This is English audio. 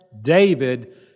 David